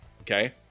Okay